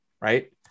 right